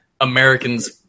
Americans